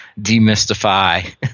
demystify